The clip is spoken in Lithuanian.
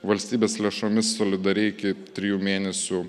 valstybės lėšomis solidariai iki trijų mėnesių